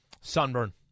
Sunburn